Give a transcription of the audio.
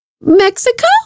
Mexico